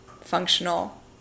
functional